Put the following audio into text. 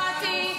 בעמדות שלכם.